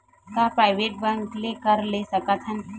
का private bank ले कर सकत हन?